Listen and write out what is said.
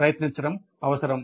ప్రయత్నించడం అవసరం